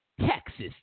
Texas